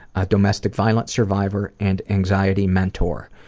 a domestic violence survivor and anxiety mentor.